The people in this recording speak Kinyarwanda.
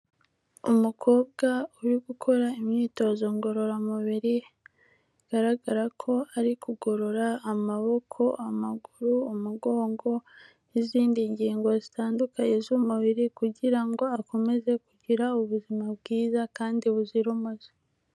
Umukobwa uri gukora imyitozo ngororamubiri, bigaragara ko ari kugorora amaboko, amaguru, umugongo n'izindi ngingo zitandukanye z'umubiri, kugira ngo akomeze kugira ubuzima bwiza kandi buzira umuze.